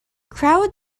crowd